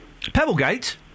Pebblegate